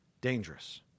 dangerous